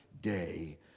day